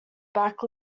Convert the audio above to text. back